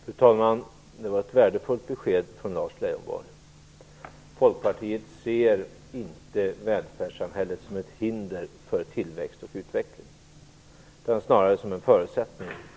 Fru talman! Det var ett värdefullt besked från Lars Leijonborg. Folkpartiet ser inte välfärdssamhället som ett hinder för tillväxt och utveckling utan snarare som en förutsättning.